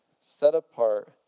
set-apart